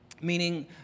Meaning